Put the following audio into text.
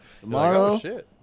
Tomorrow